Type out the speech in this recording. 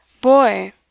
Boy